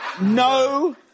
No